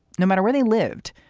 no matter where they lived,